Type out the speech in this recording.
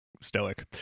stoic